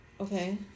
okay